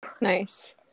Nice